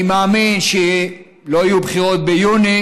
אני מאמין שלא יהיו בחירות ביוני,